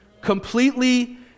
Completely